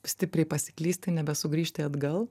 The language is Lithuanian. stipriai pasiklysti nebesugrįžti atgal